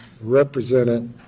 represented